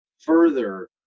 further